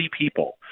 people